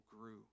grew